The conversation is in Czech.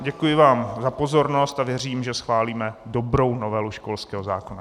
Děkuji vám za pozornost a věřím, že schválíme dobrou novelu školského zákona.